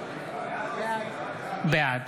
בעד